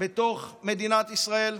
בתוך מדינת ישראל,